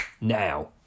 now